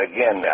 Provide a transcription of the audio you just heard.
Again